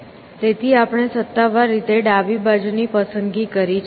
તેથી આપણે સત્તાવાર રીતે ડાબી બાજુની પસંદગી કરી છે